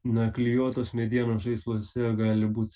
na klijuotos medienos žaisluose gali būt